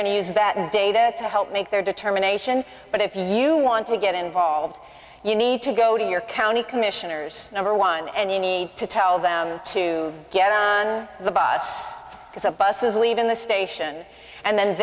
to use that data to help make their determination but if you want to get involved you need to go to your county commissioners number one and you need to tell them to get on the bus because a bus is leaving the station and then